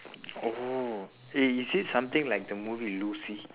oh is it something like the movie lucy